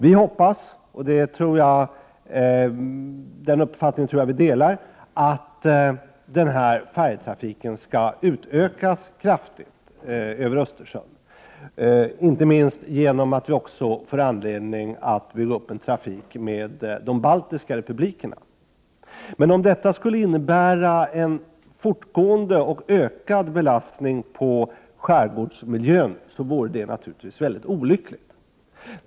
Vi hoppas — och den förhoppningen tror jag att vi delar — att färjetrafiken över Östersjön skall utökas kraftigt, inte minst genom att vi också får anledning att bygga upp en trafik med de baltiska republikerna. Men om detta skulle innebära en fortgående och ökad belastning på skärgårdsmiljön, vore det naturligtvis olyckligt.